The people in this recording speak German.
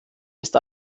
ist